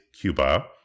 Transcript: Cuba